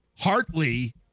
Hartley